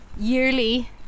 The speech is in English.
yearly